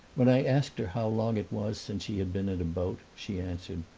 when i asked her how long it was since she had been in a boat she answered,